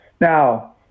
Now